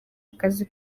akazi